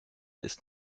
ist